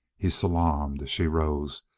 he salaamed she rose,